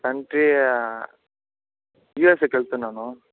country యూఎస్ఎకి వెళ్తున్నాను